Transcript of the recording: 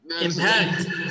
Impact